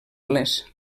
les